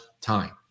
time